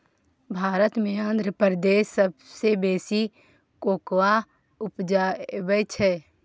भारत मे आंध्र प्रदेश सबसँ बेसी कोकोआ उपजाबै छै